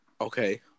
Okay